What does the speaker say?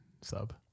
sub